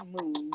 move